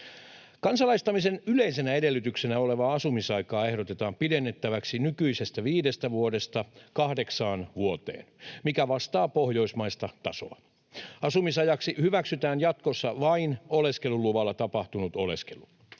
Kansalaistamisen yleisenä edellytyksenä olevaa asumisaikaa ehdotetaan pidennettäväksi nykyisestä viidestä vuodesta kahdeksaan vuoteen, mikä vastaa pohjoismaista tasoa. Asumisajaksi hyväksytään jatkossa vain oleskeluluvalla tapahtunut oleskelu.